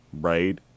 right